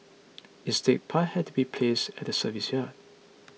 instead pipes had to be placed at the service yard